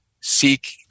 seek